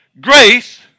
grace